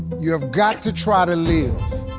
you have got to try to live.